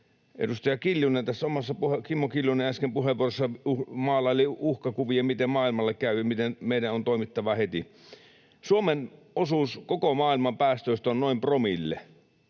Edustaja Kimmo Kiljunen tässä omassa puheenvuorossaan äsken maalaili uhkakuvia, miten maailmalle käy ja miten meidän on toimittava heti. Suomen osuus koko maailman päästöistä on noin promille.